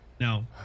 no